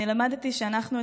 אני למדתי שאנחנו,